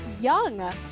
Young